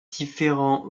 différents